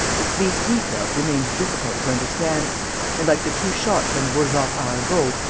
its least details remained difficult to understand and, like the two shots on the boulevard arago,